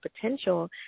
potential